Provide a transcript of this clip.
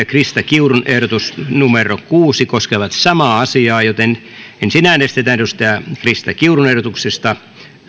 krista kiurun ehdotus kuusi koskevat samaa asiaa joten ensin äänestetään krista kiurun ehdotuksesta